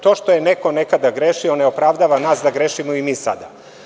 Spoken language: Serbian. To što je nekada neko grešio, ne opravdava nas da grešimo i mi sada.